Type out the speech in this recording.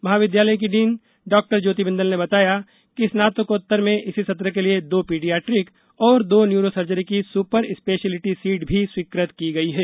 महाविद्यालय की डीन डॉ ज्योति बिंदल ने बताया कि स्नातकोत्तर में इसी सत्र के लिए दो पीडियाट्रिक और दो न्यूरो सर्जरी की सुपर स्पेषियलिटी सीट भी स्वीकृत की गई है